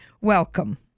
Welcome